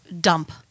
dump